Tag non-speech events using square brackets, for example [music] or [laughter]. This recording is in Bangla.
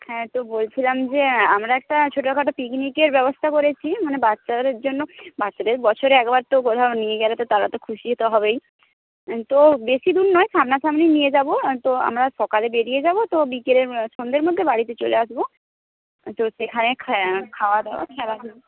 হ্যাঁ তো বলছিলাম যে আমরা একটা ছোটোখাটো পিকনিকের ব্যবস্থা করেছি মানে বাচ্চাদের জন্য বাচ্চাদের বছরে একবার তো কোথাও নিয়ে গেলে তো তারা তো খুশি তো হবেই তো বেশি দূর নয় সামনাসামনিই নিয়ে যাব তো আমরা সকালে বেরিয়ে যাব তো বিকেলে [unintelligible] সন্ধের মধ্যে বাড়িতে চলে আসব তো সেখানে খাওয়া দাওয়া খেলাধুলো